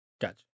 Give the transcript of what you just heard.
Gotcha